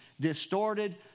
distorted